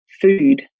food